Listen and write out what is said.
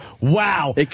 wow